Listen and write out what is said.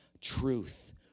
truth